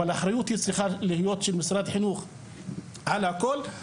אבל האחריות צריכה להיות של משרד החינוך על הכול.